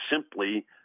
simply